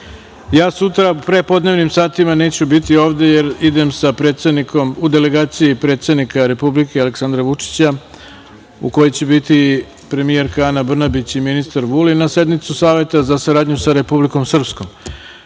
u prepodnevnim satima neću biti ovde jer ću biti u delegaciji predsednika Republike Aleksandra Vučića, u kojoj će biti i premijerka Ana Brnabić i ministar Vulin, na sednici Saveta za saradnju sa Republikom Srpskom.